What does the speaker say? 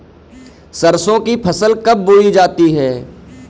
सरसों की फसल कब बोई जाती है?